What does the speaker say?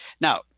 Now